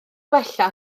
wella